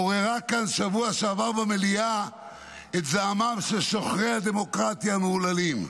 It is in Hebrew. עוררה כאן בשבוע שעבר במליאה את זעמם של שוחרי הדמוקרטיה המהוללים.